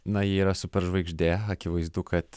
na ji yra superžvaigždė akivaizdu kad